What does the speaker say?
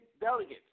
delegates